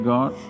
God